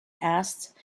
asked